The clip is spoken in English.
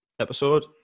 episode